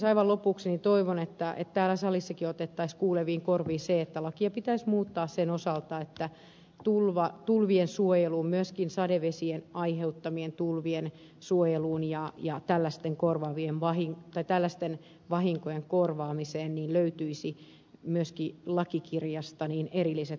aivan lopuksi toivon että täällä salissakin otettaisiin kuuleviin korviin se että lakia pitäisi muuttaa sen osalta että tulvien suojeluun myöskin sadevesien aiheuttamien tulvien suojeluun ja tällaisten vahinkojen korvaamiseen löytyisi myöskin lakikirjasta erilliset momentit